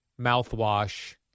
mouthwash